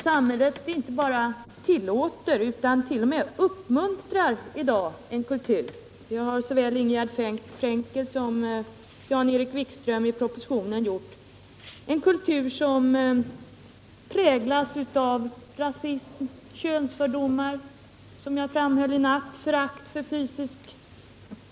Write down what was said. Samhället i dag inte bara tillåter utan t.o.m. uppmuntrar en kultur som präglas av rasism, könsfördomar och — som jag framhöll i går natt — förakt för fysisk svaghet, osv., osv. Det framgår såväl av Ingegerd Frenkels och Jan-Erik Wikströms anföranden som av propositionen.